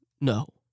No